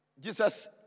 Jesus